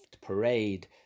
parade